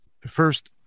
First